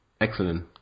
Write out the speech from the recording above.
excellent